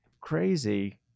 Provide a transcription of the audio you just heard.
Crazy